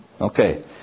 Okay